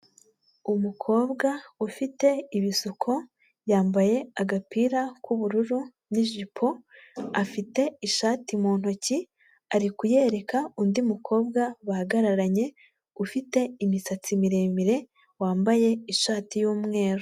Umukobwa ufite ibisuko, yambaye agapira k'ubururu n'ijipo, afite ishati mu ntoki ari kuyereka undi mukobwa bahagararanye ufite imisatsi miremire, wambaye ishati y'umweru.